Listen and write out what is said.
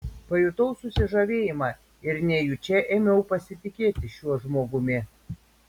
pajutau susižavėjimą ir nejučia ėmiau pasitikėti šiuo žmogumi